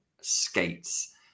skates